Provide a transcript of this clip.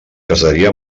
casaria